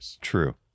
true